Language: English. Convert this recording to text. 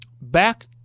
back